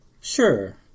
Sure